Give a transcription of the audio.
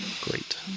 great